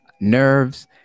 nerves